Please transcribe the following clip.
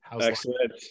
excellent